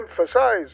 emphasize